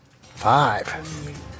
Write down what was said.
Five